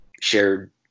shared